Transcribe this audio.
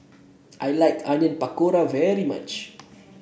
I like Onion Pakora very much